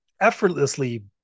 effortlessly